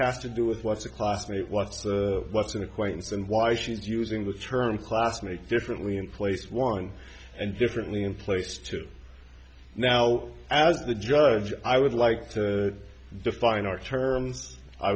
has to do with what's a class and what's the what's an acquaintance and why she's using the term classmate differently in place one and differently in place to now as the judge i would like to define our terms i